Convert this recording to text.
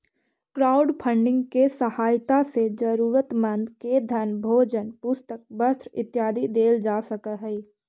crowdfunding के सहायता से जरूरतमंद के धन भोजन पुस्तक वस्त्र इत्यादि देल जा सकऽ हई